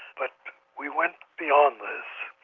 but we went beyond this,